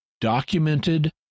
documented